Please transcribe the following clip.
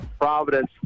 Providence